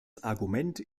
argument